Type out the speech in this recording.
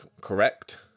correct